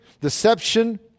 deception